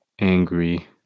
angry